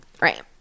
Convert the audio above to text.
Right